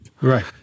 Right